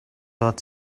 dort